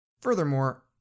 Furthermore